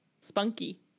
Spunky